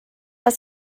das